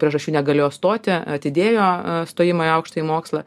priežasčių negalėjo stoti atidėjo stojimą į aukštąjį mokslą